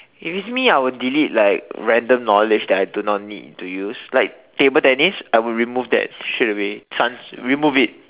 if it's me I would delete like random knowledge that I do not need to use like table tennis I would remove that straight away chance remove it